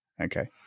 Okay